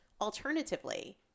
Alternatively